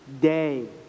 day